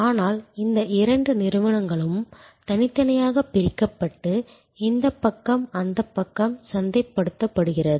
ஆனால் இந்த இரண்டு நிறுவனங்களும் தனித்தனியாக பிரிக்கப்பட்டு இந்தப் பக்கம் இந்தப் பக்கம் சந்தைப்படுத்தப்படுகிறது